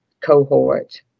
cohort